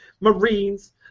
Marines